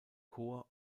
chor